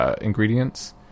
ingredients